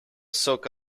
soak